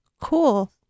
Cool